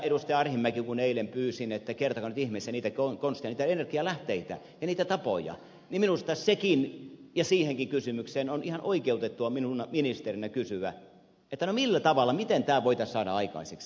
arhinmäki kun eilen pyysin että kertokaa nyt ihmeessä niitä konsteja niitä energialähteitä ja niitä tapoja minusta siihenkin kysymykseen on ihan oikeutettua minun ministerinä kysyä miten tämä voitaisiin saada aikaiseksi